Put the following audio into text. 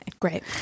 Great